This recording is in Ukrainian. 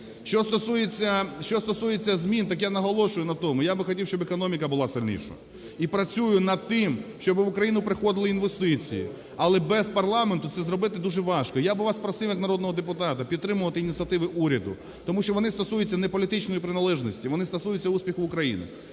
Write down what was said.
Що стосується змін, так я наголошую, на тому, я би хотів, щоб економіка була сильнішою. І працюю над тим, щоб в Україну приходили інвестиції. Але без парламенту це зробити дуже важко. Я би вас просив як народного депутата, підтримувати ініціативи уряду. Тому що вони стосуються не політичної приналежності, вони стосуються успіху України.